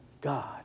God